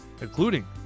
including